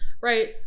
right